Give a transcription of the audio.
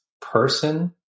person